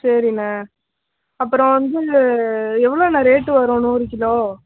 சரிண்ணா அப்புறம் வந்து எவ்வளோ அண்ணா ரேட்டு வரும் நூறு கிலோ